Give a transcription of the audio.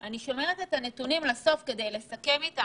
אני שומרת את הנתונים לסוף כדי לסכם איתם,